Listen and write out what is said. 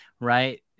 Right